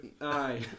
aye